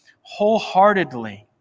wholeheartedly